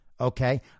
okay